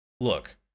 Look